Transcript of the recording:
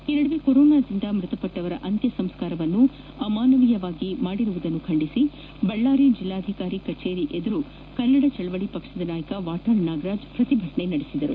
ಈ ಮಧ್ಯೆ ಕೊರೊನಾದಿಂದ ಮೃತಪಟ್ಟವರ ಅಂತ್ಯ ಸಂಸ್ಕಾರವನ್ನು ಅಮಾನುವೀಯವಾಗಿ ಮಾಡಿರುವುದನ್ನು ಖಂಡಿಸಿ ಬಳ್ಳಾರಿ ಜಿಲ್ಲಾಧಿಕಾರಿ ಕಚೇರಿ ಮುಂದೆ ಕನ್ನಡ ಚಳವಳಿ ಪಕ್ಷದ ನಾಯಕ ವಾಟಾಳ್ ನಾಗರಾಜ್ ಪ್ರತಿಭಟನೆ ನಡೆಸಿದರು